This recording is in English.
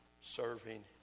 serving